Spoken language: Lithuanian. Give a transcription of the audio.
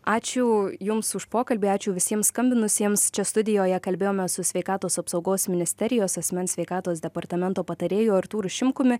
ačiū jums už pokalbį ačiū visiems skambinusiems čia studijoje kalbėjome su sveikatos apsaugos ministerijos asmens sveikatos departamento patarėju artūru šimkumi